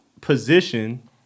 position